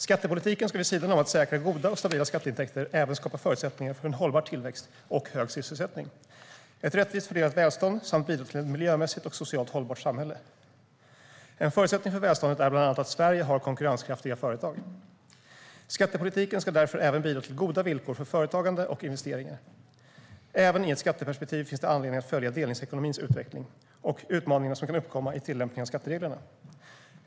Skattepolitiken ska vid sidan om att säkra goda och stabila skatteintäkter även skapa förutsättningar för en hållbar tillväxt och hög sysselsättning, ett rättvist fördelat välstånd samt bidra till ett miljömässigt och socialt hållbart samhälle. En förutsättning för välståndet är bland annat att Sverige har konkurrenskraftiga företag. Skattepolitiken ska därför även bidra till goda villkor för företagande och investeringar. Även i ett skatteperspektiv finns det anledning att följa delningsekonomins utveckling och de utmaningar som kan uppkomma i tillämpningen av skattereglerna.